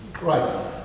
Right